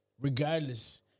regardless